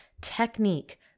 technique